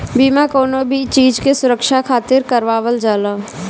बीमा कवनो भी चीज के सुरक्षा खातिर करवावल जाला